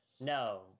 no